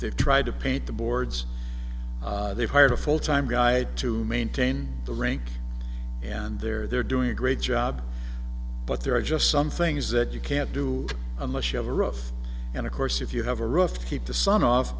they've tried to paint the boards they've hired a full time guy to maintain the ring and they're they're doing a great job there are just some things that you can't do unless you have a rough and of course if you have a rough keep the sun off